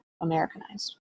Americanized